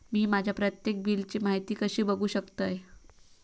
मी माझ्या प्रत्येक बिलची माहिती कशी बघू शकतय?